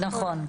נכון.